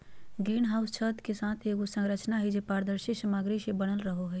green house छत के साथ एगो संरचना हइ, जे पारदर्शी सामग्री से बनल रहो हइ